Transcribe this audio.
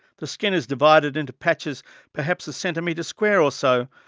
the skin is divided into patches perhaps a centimetre square or so,